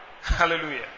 Hallelujah